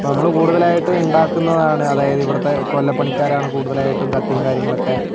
അപ്പോൾ നമ്മള് കൂടുതലായിട്ടും ഉണ്ടാക്കുന്നതാണ് അതായത് ഇവിടുത്തെ കൊല്ലപ്പണിക്കാരാണ് കൂടുതലായിട്ടും കത്തിയും കാര്യങ്ങളൊക്കെ